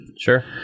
Sure